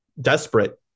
desperate